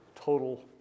Total